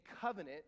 covenant